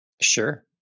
Sure